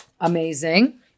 Amazing